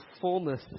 fullness